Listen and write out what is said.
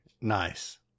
nice